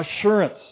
assurance